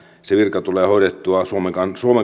virka tulee hoidettua suomen